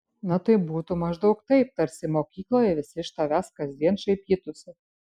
na tai būtų maždaug taip tarsi mokykloje visi iš tavęs kasdien šaipytųsi